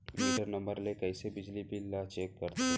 Metre number ले कइसे बिजली बिल ल चेक करथे?